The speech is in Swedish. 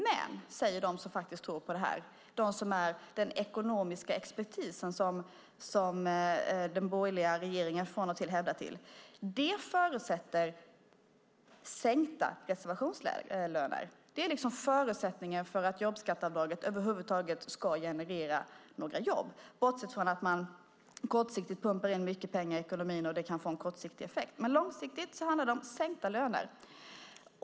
Men, säger de som faktiskt tror på det här, det vill säga de som är den ekonomiska expertis som den borgerliga regeringen från och till hänvisar till, detta förutsätter sänkta reservationslöner. Det är liksom förutsättningen för att jobbskatteavdraget över huvud taget ska generera några jobb, bortsett från att man kortsiktigt pumpar in mycket pengar i ekonomin vilket kan få en kortsiktig effekt. Men långsiktigt handlar det om sänkta löner.